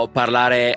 parlare